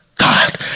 God